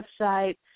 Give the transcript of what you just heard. website